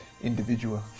individual